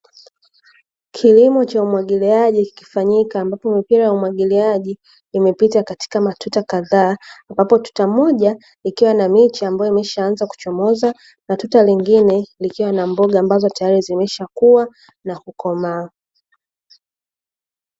Kilimo cha umwagiliaji kikifanyika ambapo mipira ya umwagiliaji imepita katika matuta kadhaa, ambapo tuta moja likiwa na miche ambayo imeshaanza kuchomoza na tuta lingine likiwa na mboga ambazo tayari zimeshakua na kukomaa.